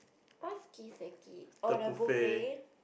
what's Kiseki oh the buffet